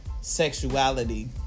sexuality